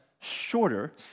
shorter